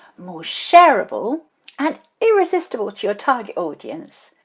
more shareable and irresistible to your target audience,